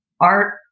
art